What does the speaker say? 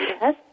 Yes